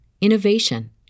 innovation